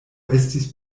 estis